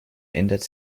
ändert